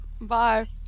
Bye